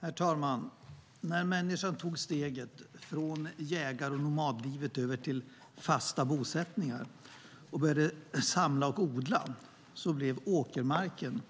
Herr talman! När människan tog steget från jägar och nomadlivet över till fasta bosättningar och började samla och odla blev åkermarken